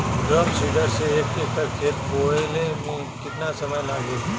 Drum seeder से एक एकड़ खेत बोयले मै कितना समय लागी?